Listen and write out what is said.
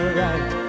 right